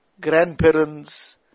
grandparents